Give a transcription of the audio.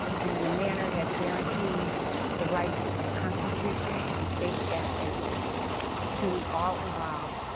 and in a manner that guarantees the rights of a constitution and state statutes to all involved,